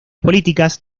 políticas